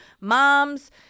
moms